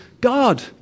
God